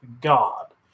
God